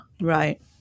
Right